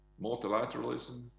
Multilateralism